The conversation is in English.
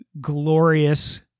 glorious